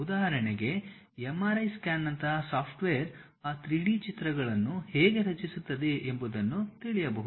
ಉದಾಹರಣೆಗೆ MRI scan ನಂತಹ software ಆ 3D ಚಿತ್ರಗಳನ್ನು ಹೇಗೆ ರಚಿಸುತ್ತದೆ ಎಂಬುದನ್ನು ತಿಳಿಯಬಹುದು